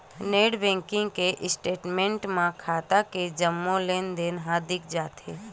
net banking के statement म खाता के जम्मो लेनदेन ह दिख जाथे